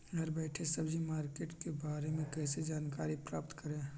घर बैठे सब्जी मार्केट के बारे में कैसे जानकारी प्राप्त करें?